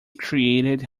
created